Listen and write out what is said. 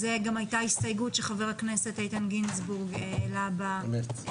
זו הייתה גם ההסתייגות שחבר הכנסת איתן גינזבורג העלה בישיבה הקודמת,